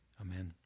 Amen